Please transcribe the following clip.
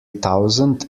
thousand